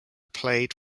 played